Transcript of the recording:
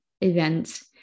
events